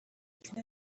cyenda